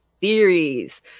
theories